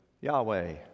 Yahweh